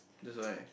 that's right